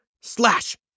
Slash